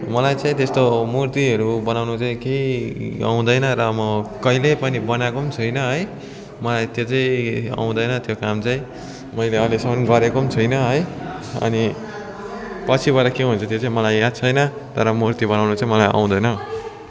मलाई चाहिँ त्यस्तो मूर्तिहरू बनाउनु चाहिँ केही आउँदैन र म कहिल्यै पनि बनाएको पनि छुइनँ है मलाई त्यो चाहिँ आउँदैन त्यो काम चाहिँ मैले अहिलेसम्म गरेको पनि छुइनँ है अनि पछिबाट के हुन्छ त्यो चाहिँ मलाई याद छैन तर मूर्ति बनाउनु चाहिँ मलाई आउँदैन